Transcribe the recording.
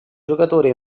giocatore